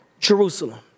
Jerusalem